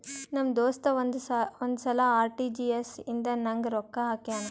ನಮ್ ದೋಸ್ತ ಒಂದ್ ಸಲಾ ಆರ್.ಟಿ.ಜಿ.ಎಸ್ ಇಂದ ನಂಗ್ ರೊಕ್ಕಾ ಹಾಕ್ಯಾನ್